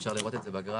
ואפשר לראות את זה בגרף